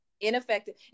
ineffective